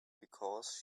because